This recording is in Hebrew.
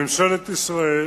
ממשלת ישראל